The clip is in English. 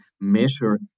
measure